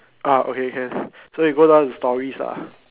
ah okay can so you go down the stories lah